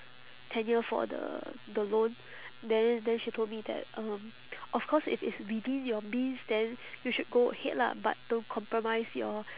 tenure for the the loan then then she told me that um of course if it's within your means then you should go ahead lah but don't compromise your